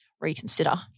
reconsider